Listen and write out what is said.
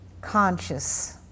conscious